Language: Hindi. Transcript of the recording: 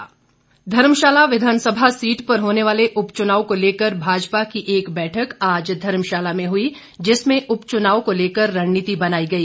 भाजपा धर्मशाला विधानसभा सीट पर होने वाले उपचुनाव को लेकर भाजपा की एक बैठक आज धर्मशाला में हई जिसमें उपच्यनाव को लेकर रणनीति बनाई गई